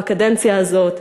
בקדנציה הזאת,